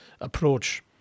approach